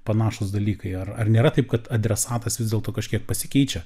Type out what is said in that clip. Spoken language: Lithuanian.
panašūs dalykai ar ar nėra taip kad adresatas vis dėlto kažkiek pasikeičia